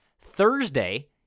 Thursday